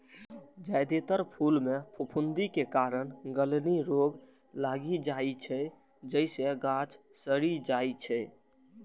जादेतर फूल मे फफूंदी के कारण गलनी रोग लागि जाइ छै, जइसे गाछ सड़ि जाइ छै